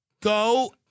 Go